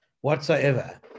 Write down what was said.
whatsoever